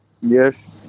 Yes